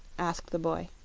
asked the boy.